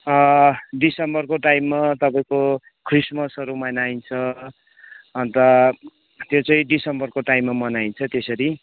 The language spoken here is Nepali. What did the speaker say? डिसेम्बरको टाइममा तपाईँको क्रिसमसहरू मनाइन्छ अन्त त्यो चाहिँ डिसेम्बरको टाइममा मनाइन्छ त्यसरी